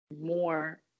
more